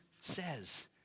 says